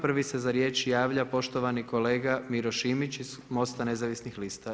Prvi se za riječ javlja poštovani kolega Miro Šimić iz Most-a nezavisnih lista.